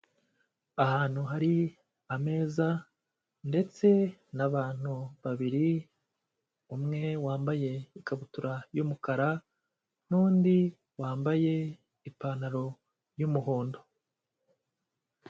Ahantu hari ameza, ndetse n'abantu babiri, umwe wambaye ikabutura y'umukara, n'undi wambaye ipantaro y'umuhondo.